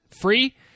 free